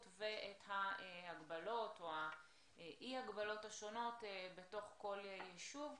ואת ההגבלות או אי ההגבלות השונות בתוך כל יישוב.